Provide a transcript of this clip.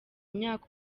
imyaka